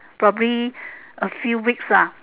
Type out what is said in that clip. probably a few weeks ah